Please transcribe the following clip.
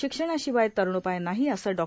शिक्षणशिवाय तरणोपाय नाही असे डॉ